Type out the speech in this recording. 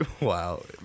Wow